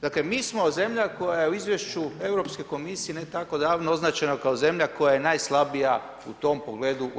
Dakle mi smo zemlja koja je u izvješću Europske komisije ne tako davno, označena kao zemlja koja je najslabija u tom pogledu u EU.